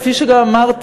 כפי שגם אמרתי,